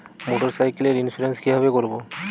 মোটরসাইকেলের ইন্সুরেন্স কিভাবে করব?